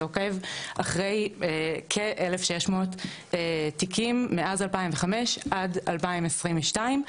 שעוקב אחרי כ- 1,600 תיקים מאז 2005 עד 2022,